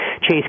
Chase